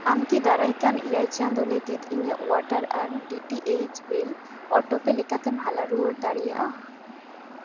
ᱟᱢ ᱠᱤ ᱫᱟᱨᱟᱭᱠᱟᱱ ᱮᱭᱟᱭ ᱪᱟᱸᱫᱳ ᱞᱟ ᱜᱤᱫ ᱤᱧᱟ ᱜ ᱚᱣᱟᱴᱟᱨ ᱟᱨ D T H bill auto pay ᱞᱮᱠᱟᱛᱮᱢ ᱦᱟᱞᱟ ᱨᱩᱣᱟᱹᱲ ᱫᱟᱲᱮᱭᱟᱜᱼᱟ